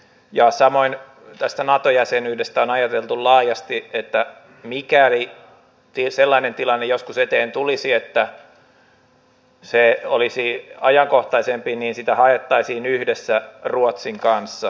ja samoin tästä nato jäsenyydestä on ajateltu laajasti että mikäli sellainen tilanne joskus eteen tulisi että se olisi ajankohtaisempi niin sitä haettaisiin yhdessä ruotsin kanssa